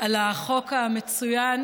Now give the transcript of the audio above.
על החוק המצוין,